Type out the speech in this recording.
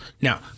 Now